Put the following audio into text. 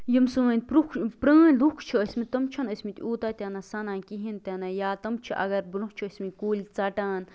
یِم سٲنۍ پُرکھ پرٛٲنۍ لوٗکھ چھِ ٲسمٕتۍ تِم چھِنہٕ ٲسمٕتۍ یوٗتاہ تہِ نہٕ سَنان کِہیٖنٛۍ تہِ نہٕ یا تِم چھِ اَگر برٛونٛہہ چھِ ٲسمٕتۍ کُلۍ ژَٹان